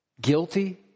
Guilty